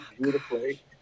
beautifully